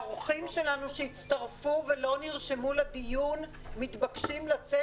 האורחים שלנו שהצטרפו ולא נרשמו לדיון מתבקשים לצאת